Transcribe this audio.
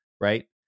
Right